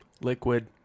Liquid